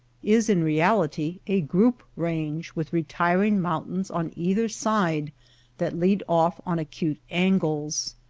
is in reality a group-range with retiring mountains on either side that lead off on acute angles.